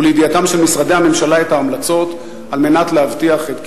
ולידיעתם של משרדי הממשלה את ההמלצות על מנת להבטיח את קיומן.